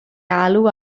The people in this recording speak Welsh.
alw